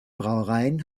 brauereien